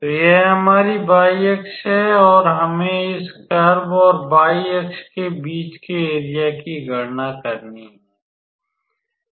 तो यह हमारी y अक्ष है और हमें इस कर्व और y अक्ष के बीच के एरिया की गणना करनी होगी